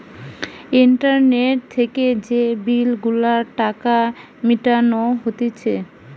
internet থেকে যে bill গুলার টাকা মিটানো হতিছে